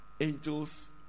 Angels